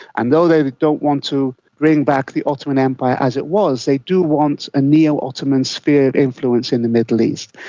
and although they they don't want to bring back the ottoman empire as it was, they do want a neo-ottoman sphere of influence in the middle east.